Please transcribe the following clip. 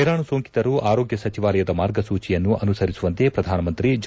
ವೈರಾಣು ಸೋಂಕಿತರು ಆರೋಗ್ನ ಸಚಿವಾಲಯದ ಮಾರ್ಗಸೂಚಿಯನ್ನು ಅನುಸರಿಸುವಂತೆ ಪ್ರಧಾನಮಂತ್ರಿ ಜನತೆಗೆ ಕೆ